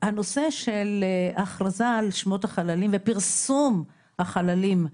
הנושא של ההכרזה על שמות החללים ופרסום החללים.